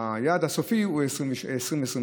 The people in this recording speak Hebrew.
היעד הסופי הוא 2023,